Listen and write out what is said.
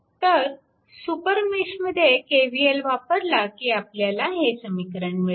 तर सुपरमेशमध्ये KVL वापरला की आपल्याला हे समीकरण मिळते